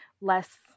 less